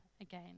again